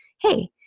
hey